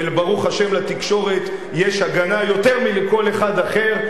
וברוך השם לתקשורת יש הגנה יותר מלכל אחד אחר,